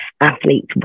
athletes